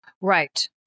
Right